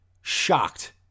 shocked